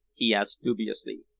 he asked dubiously.